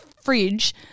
fridge